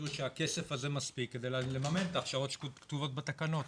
שהכסף הזה מספיק כדי לממן את ההכשרות שכתובות בתקנות.